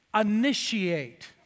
Initiate